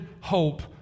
hope